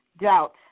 doubt